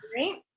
Right